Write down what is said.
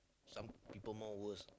some people more worse